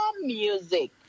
music